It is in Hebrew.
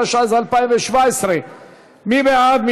התשע"ז 2017. מי בעד?